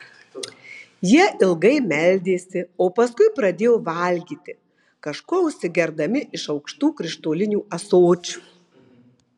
jie ilgai meldėsi o paskui pradėjo valgyti kažkuo užsigerdami iš aukštų krištolinių ąsočių